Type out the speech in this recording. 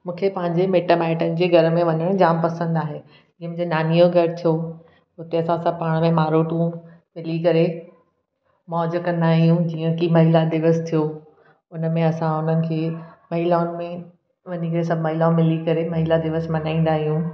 मूंखे पंहिंजे मिटु माइटनि जे घर में वञणु जामु पसंदि आहे जीअं मुंहिंजी नानीअ जो घरु थियो हुते असां सभु पाण में मारोटूं मिली करे मौज कंदा आहियूं जीअं की महिला दिवस थियो उन में असां हुननि खे महिलाउनि में वञी करे सभु महिलाऊं मिली करे महिला दिवस मल्हाईंदा आहियूं